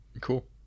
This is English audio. Cool